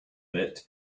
bit